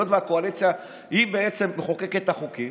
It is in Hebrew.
היות שהקואליציה היא מחוקקת את החוקים,